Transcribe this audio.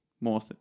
more